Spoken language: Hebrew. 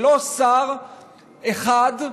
ולא שר אחד,